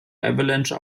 avalanche